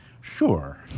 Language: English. Sure